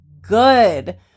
good